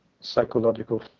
psychological